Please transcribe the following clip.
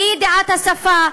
אי-ידיעת השפה,